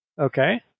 Okay